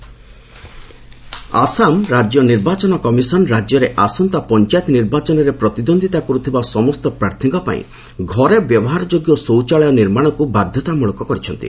Assam panchayat poll Assam ରାଜ୍ୟ ନିର୍ବାଚନ commission ରାଜ୍ୟରେ ଆସନ୍ତା ପଞ୍ଚାୟତ ନିର୍ବାତନରେ ପ୍ରତିଦ୍ୱନ୍ଦିତା କରୁଥିବା ସମସ୍ତ ପ୍ରାର୍ଥୀଙ୍କ ପାଇଁ ଘରେ ବ୍ୟବହାରଯୋଗ୍ୟ ଶୌଚାଳୟ ନିର୍ମାଣକୁ ବାଧ୍ୟତାମୂଳକ କରିଛନ୍ତି